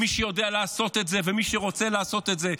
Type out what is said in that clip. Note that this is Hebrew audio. עם מי שיודע לעשות את זה ומי שרוצה לעשות את זה.